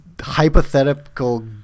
hypothetical